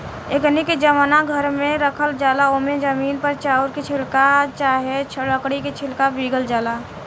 एकनी के जवना घर में राखल जाला ओमे जमीन पर चाउर के छिलका चाहे लकड़ी के छिलका बीगल जाला